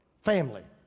family.